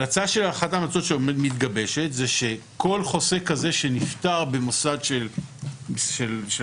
אחת ההמלצות שמתגבשת היא שכל חוסה כזה שנפטר במוסד של הבריאות,